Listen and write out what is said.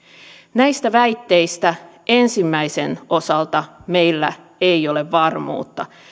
näistä väitteistä ensimmäisen osalta meillä ei ole varmuutta